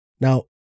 Now